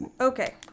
Okay